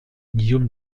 guillaume